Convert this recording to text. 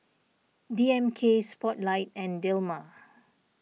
D M K Spotlight and Dilmah